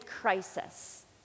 crisis